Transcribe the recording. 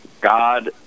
God